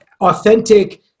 authentic